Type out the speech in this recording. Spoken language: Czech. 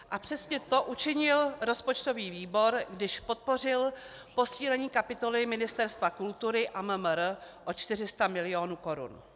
A přesně to učinil rozpočtový výbor, když podpořil posílení kapitoly Ministerstva kultury a MMR o 400 milionů korun.